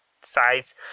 sides